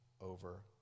over